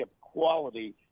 quality